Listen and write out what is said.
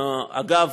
אגב,